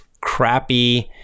crappy